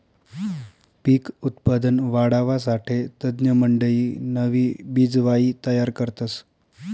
पिक उत्पादन वाढावासाठे तज्ञमंडयी नवी बिजवाई तयार करतस